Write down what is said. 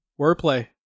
Wordplay